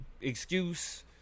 excuse